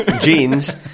jeans